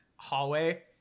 hallway